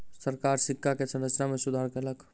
सरकार सिक्का के संरचना में सुधार कयलक